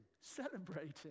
celebrating